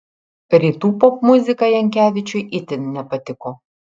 rytų popmuzika jankevičiui itin nepatiko